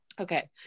okay